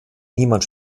niemand